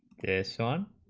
this on